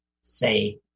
say